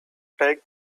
take